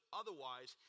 otherwise